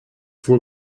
wohl